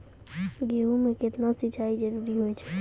गेहूँ म केतना सिंचाई जरूरी होय छै?